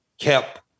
kept